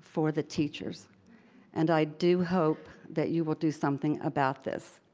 for the teachers and i do hope that you will do something about this.